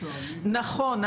נכון,